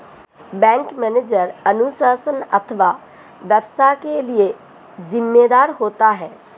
bank manager अनुशासन अथवा व्यवसाय के लिए जिम्मेदार होता है